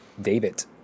David